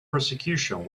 prosecution